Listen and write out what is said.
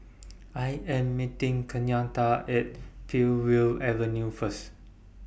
I Am meeting Kenyatta At Peakville Avenue First